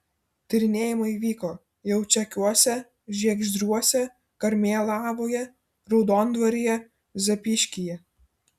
tyrinėjimai vyko jaučakiuose žiegždriuose karmėlavoje raudondvaryje zapyškyje